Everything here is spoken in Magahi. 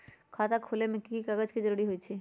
खाता खोले में कि की कागज के जरूरी होई छइ?